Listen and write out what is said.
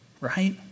right